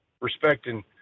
respecting